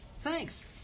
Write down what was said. Thanks